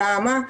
למה?